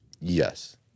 Yes